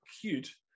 cute